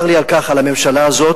צר לי על כך, על הממשלה הזאת,